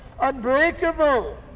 unbreakable